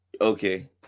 Okay